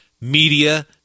media